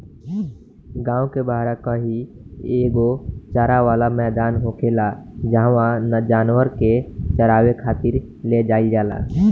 गांव के बाहरा कही एगो चारा वाला मैदान होखेला जाहवा जानवर के चारावे खातिर ले जाईल जाला